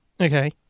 Okay